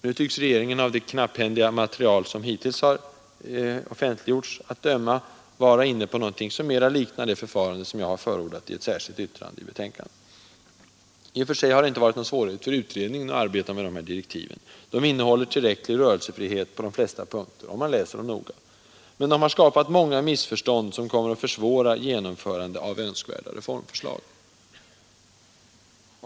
Nu tycks regeringen att döma av det knapphändiga material som hittills har offentliggjorts vara inne på något som mer liknar det förfarande jag förordat i ett särskilt yttrande till betänkandet. I och för sig har det inte varit någon svårighet för utredningen att arbeta med direktiven. De innehåller tillräcklig rörelsefrihet på de flesta punkter, om man läser dem noga. Men de har skapat många missförstånd, som kommer att försvåra genomförandet av önskvärda reformförslag.